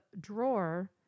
drawer